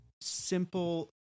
simple